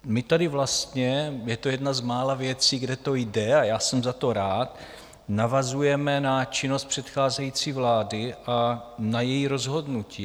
My tady vlastně je to jedna z mála věcí, kde to jde a já jsem za to rád navazujeme na činnost předcházející vlády a na její rozhodnutí.